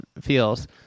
feels